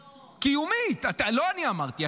קיומית, לא אני אמרתי.